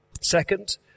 Second